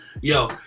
yo